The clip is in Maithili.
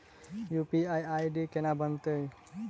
यु.पी.आई आई.डी केना बनतै?